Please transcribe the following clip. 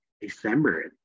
december